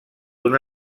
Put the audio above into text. una